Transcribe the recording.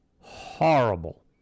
horrible